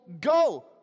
go